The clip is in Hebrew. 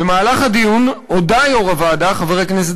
במהלך הדיון הודה יושב-ראש הוועדה חבר הכנסת